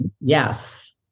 Yes